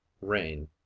Rain